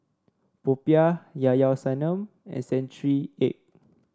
popiah Llao Llao Sanum and Century Egg